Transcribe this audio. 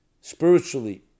spiritually